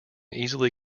easily